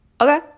Okay